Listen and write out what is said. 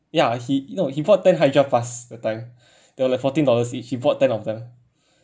ya he no he bought ten that time there were like fourteen dollars each he bought ten of them